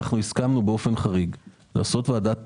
הסכמנו באופן חריג לעשות ישיבה של ועדת